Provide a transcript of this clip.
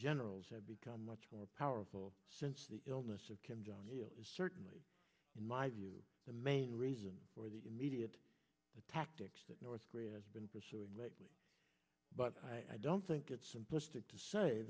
generals have become much more powerful since the illness of kim jong il certainly in my view the main reason for the immediate tactics that north korea has been pursuing but i don't think it's simplistic to say